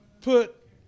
put